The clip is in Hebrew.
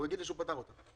הוא יגיד לי שהוא פתר אותה.